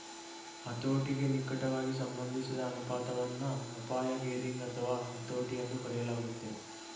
ಹತೋಟಿಗೆ ನಿಕಟವಾಗಿ ಸಂಬಂಧಿಸಿದ ಅನುಪಾತವನ್ನ ಅಪಾಯ ಗೇರಿಂಗ್ ಅಥವಾ ಹತೋಟಿ ಎಂದೂ ಕರೆಯಲಾಗುತ್ತೆ